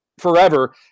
forever